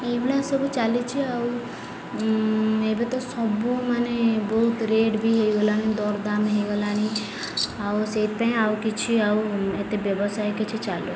ଏଇଭଳିଆ ସବୁ ଚାଲିଛି ଆଉ ଏବେ ତ ସବୁ ମାନେ ବହୁତ ରେଟ୍ ବି ହୋଇଗଲାଣି ଦର ଦାମ୍ ହୋଇଗଲାଣି ଆଉ ସେଇଥିପାଇଁ ଆଉ କିଛି ଆଉ ଏତେ ବ୍ୟବସାୟ କିଛି ଚାଲୁ